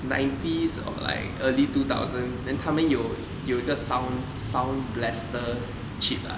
nineties or like early two thousand then 他们有一个 sound soung blaster chip ah